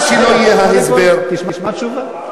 מה שלא יהיה ההסבר, תשמע תשובה.